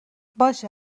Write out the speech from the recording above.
باشه